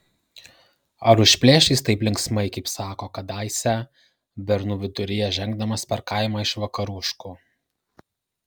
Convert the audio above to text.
ar užplėš jis taip linksmai kaip sako kadaise bernų viduryje žengdamas per kaimą iš vakaruškų